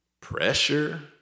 Pressure